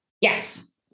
yes